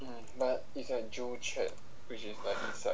but it's ah joo chiat which is like